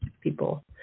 people